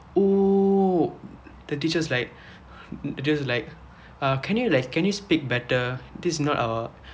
oh the teachers like just like can you like can you speak better this not our